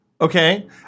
Okay